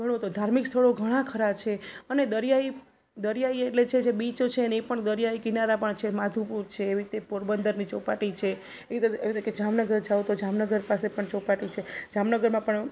ગણો તો ધાર્મિક સ્થળો ઘણાં ખરાં છે અને દરિયાઈ દરિયાઈ એટલે જે છે બીચ છે ને એ પણ દરિયાઈ કિનારા પણ છે માધુપુર છે એવી રીતે પોરબંદરની ચોપાટી છે એવી રીતે એવી રીતે જામનગર જાઓ તો જામનગર પાસે પણ ચોપાટી છે જામનગરમાં પણ